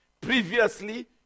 Previously